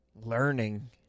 learning